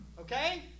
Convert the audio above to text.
Okay